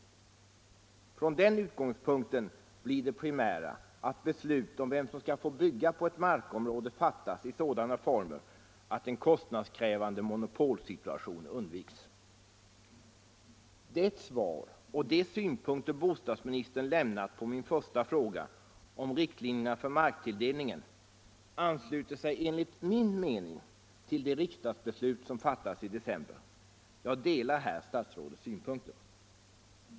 Från den utgångspunkten blir det primära att be = Nr 28 slut om vem som skall få bygga på ett markområde fattas i sådana former Fredagen den att en kostnadskrävande monopolsituation undviks. 28 februari 1975 Det svar och de synpunkter bostadsministern lämnat på min första = fråga, om riktlinjerna för marktilldelningen, ansluter sig enligt min me — Om principerna för ning till det riksdagsbeslut som fattades i december. Jag delar här stats — kommunernas rådets synpunkter.